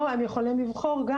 או הם יכולים גם,